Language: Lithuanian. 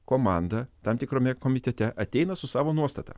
komanda tam tikrame komitete ateina su savo nuostata